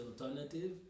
alternative